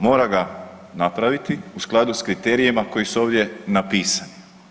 Mora ga napraviti u skladu s kriterijima koji su ovdje napisani.